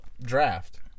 draft